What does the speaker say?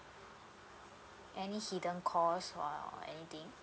any hidden cost or anything